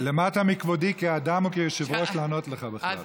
למטה מכבודי כאדם או כיושב-ראש לענות לך בכלל.